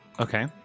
Okay